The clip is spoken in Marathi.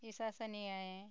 हशासनी आहे